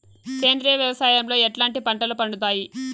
సేంద్రియ వ్యవసాయం లో ఎట్లాంటి పంటలు పండుతాయి